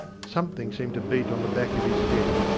something seemed to beat on the back of his head,